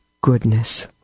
goodness